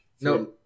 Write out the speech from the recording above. No